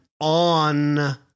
on